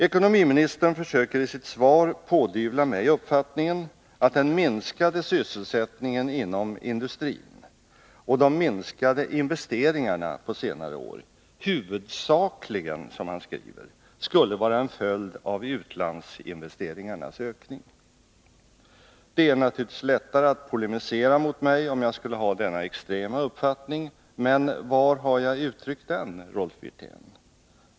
Ekonomiministern försöker i sitt svar pådyvla mig uppfattningen, att den minskade sysselsättningen inom industrin och de minskade investeringarna på senare år huvudsakligen, som han skriver, skulle vara en följd av utlandsinvesteringarnas ökning. Det är naturligtvis lättare att polemisera mot mig om jag skulle ha denna extrema uppfattning, men var har jag uttryckt den, Rolf Wirtén?